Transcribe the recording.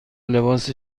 لباس